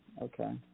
Okay